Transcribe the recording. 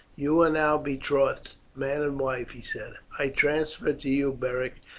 you are now betrothed man and wife, he said. i transfer to you, beric,